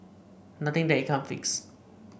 nothing that it can't fix